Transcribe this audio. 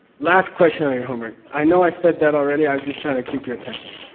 last question on your homework. i know i said that already. i was just trying to keep your attention.